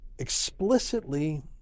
explicitly